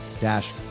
dash